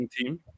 team